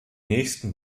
nächsten